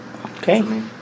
Okay